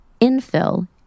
Infill